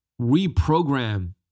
reprogram